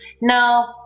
no